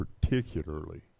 Particularly